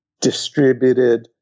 distributed